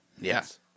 Yes